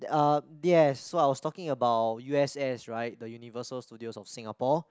uh yes so I was talking about U_S_S right the Universal Studios of Singapore